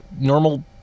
normal